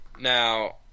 now